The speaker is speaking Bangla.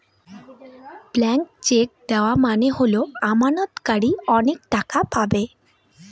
ব্ল্যান্ক চেক দেওয়া মানে হল আমানতকারী অনেক টাকা পাবে